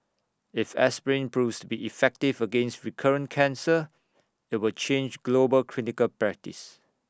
if aspirin proves be effective against recurrent cancer IT will change global clinical practice